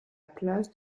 place